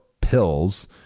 pills